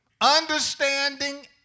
understanding